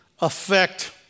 affect